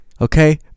okay